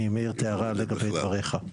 ואני מעיר את ההערה לגבי דבריך.